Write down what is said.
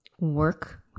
work